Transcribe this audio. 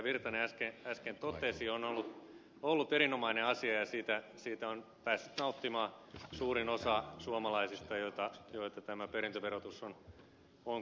virtanen äsken totesi on ollut erinomainen asia ja siitä on päässyt nauttimaan suurin osa suomalaisista joita tämä perintöverotus on koskenut